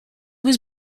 was